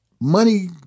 Money